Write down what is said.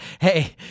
hey